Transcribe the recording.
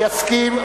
אני אסכים,